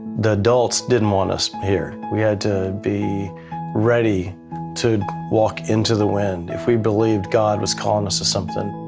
the adults didn't want us here. we had to be ready to walk into the wind, if we believed god was calling us to something.